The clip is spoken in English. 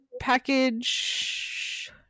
package